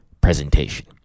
presentation